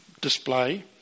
display